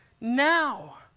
now